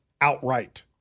outright